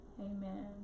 Amen